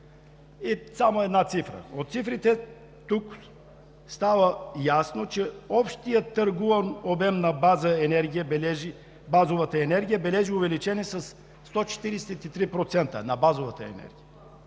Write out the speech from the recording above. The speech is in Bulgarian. и само една цифра. От цифрите тук става ясно, че общият търгуван обем на базовата енергия бележи увеличение със 143% спрямо 2017 г.